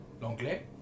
L'anglais